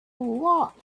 lot